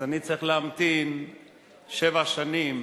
אני צריך להמתין שבע שנים